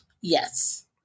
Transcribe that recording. Yes